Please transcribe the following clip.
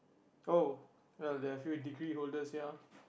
oh well there are a few degree holders here